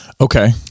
Okay